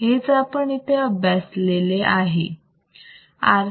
हेच आपण इथे अभ्यासले आहे बरोबर